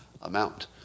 amount